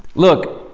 look,